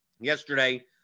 yesterday